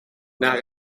naar